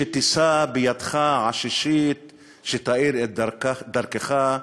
שתישא בידך עששית שתאיר את דרכך,